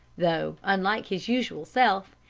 though, unlike his usual self,